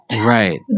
Right